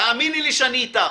תאמיני לי שאני איתך.